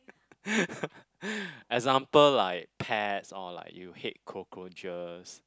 example like pets or like you hate cockroaches